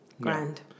grand